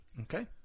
Okay